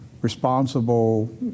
responsible